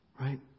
Right